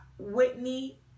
Whitney